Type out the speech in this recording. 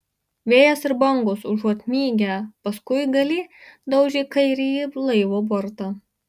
vėjas ir bangos užuot mygę paskuigalį daužė kairįjį laivo bortą